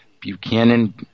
Buchanan